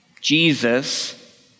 Jesus